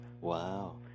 Wow